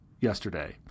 yesterday